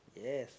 yes